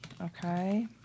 Okay